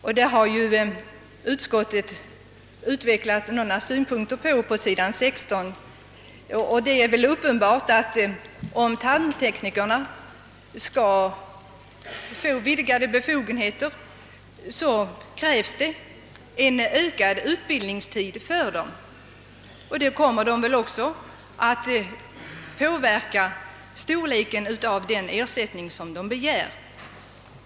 På den frågan utvecklar utskottet sina synpunkter på s. 16. Om tandteknikerna skall få vidgade befogenheter, så kommer det också att krävas en förlängning av utbildningstiden. En sådan förlängd utbildning kommer väl också att påverka storleken av den ersättning de begär för sitt arbete.